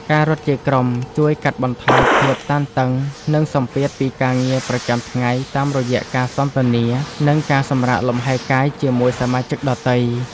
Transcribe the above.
ការរត់ជាក្រុមជួយកាត់បន្ថយភាពតានតឹង និងសម្ពាធពីការងារប្រចាំថ្ងៃ តាមរយៈការសន្ទនា និងការសម្រាកលំហែកាយជាមួយសមាជិកដទៃ។